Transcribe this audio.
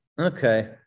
Okay